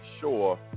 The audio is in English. sure